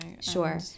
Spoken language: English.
sure